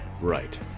Right